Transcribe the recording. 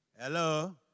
Hello